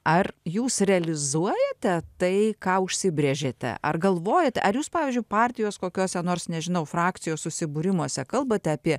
ar jūs realizuojate tai ką užsibrėžėte ar galvojate ar jūs pavyzdžiui partijos kokiose nors nežinau frakcijos susibūrimuose kalbate apie